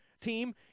team